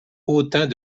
autant